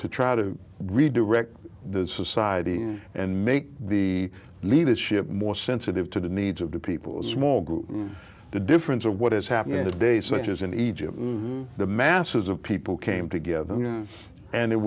to try to redirect the society and make the leadership more sensitive to the needs of the peoples small group the difference of what is happening today such as in egypt the masses of people came together and it